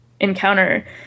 encounter